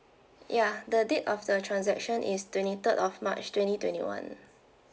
ya the date of the transaction is twenty third of march twenty twenty one